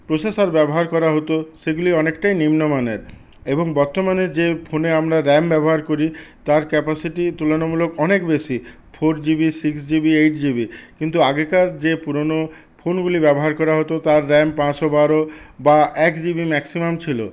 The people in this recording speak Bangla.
প্রোসেসার ব্যবহার করা হতো সেগুলি অনেকটাই নিম্নমানের এবং বর্তমানে যে ফোনে আমরা র্যাম ব্যবহার করি তার ক্যাপাসিটি তুলনামূলক অনেক বেশি four GB six GB eight GB কিন্তু আগেকার যে পুরোনো ফোনগুলি ব্যবহার করা হতো তার র্যাম পাঁচশো বারো বা এক জিবি ম্যাক্সিমাম ছিল